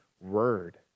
Word